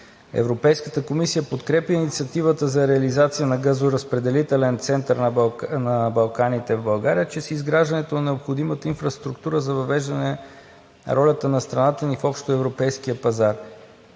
Европейската комисия подкрепя инициативата за реализация на газоразпределителен център на Балканите в България чрез изграждането на необходимата инфраструктура за въвеждане ролята на страната ни в общоевропейския пазар.